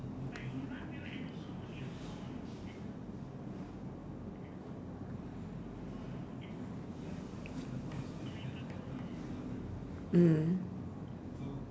mm